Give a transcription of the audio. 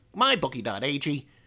mybookie.ag